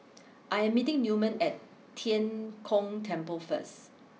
I am meeting Newman at Tian Kong Temple first